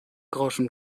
groschen